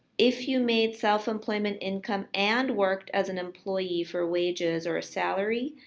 if you made self employment income and worked as an employee for wages or a salary,